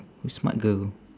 you smart girl